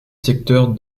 secteur